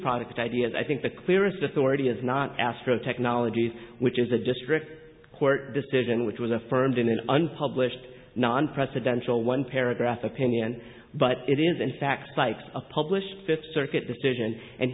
product ideas i think the clearest authority is not astro technologies which is a district court decision which was affirmed in an unpublished non presidential one paragraph opinion but it is in fact like a published fifth circuit decision and